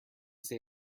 say